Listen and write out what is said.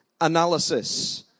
Analysis